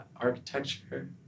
architecture